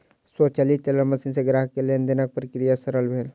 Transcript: स्वचालित teller machine सॅ ग्राहक के लेन देनक प्रक्रिया सरल भेल